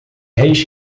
reis